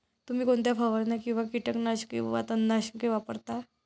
तुम्ही कोणत्या फवारण्या किंवा कीटकनाशके वा तणनाशके वापरता?